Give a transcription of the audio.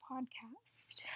podcast